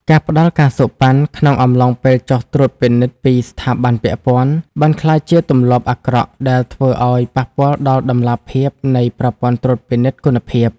ការផ្ដល់ ការសូកប៉ាន់ ក្នុងអំឡុងពេលចុះត្រួតពិនិត្យពីស្ថាប័នពាក់ព័ន្ធ បានក្លាយជាទម្លាប់អាក្រក់ដែលធ្វើឱ្យប៉ះពាល់ដល់តម្លាភាពនៃប្រព័ន្ធត្រួតពិនិត្យគុណភាព។